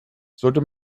sollte